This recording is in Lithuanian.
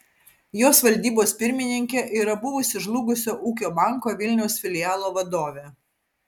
jos valdybos pirmininkė yra buvusi žlugusio ūkio banko vilniaus filialo vadovė